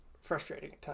frustrating